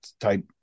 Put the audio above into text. type